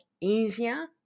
easier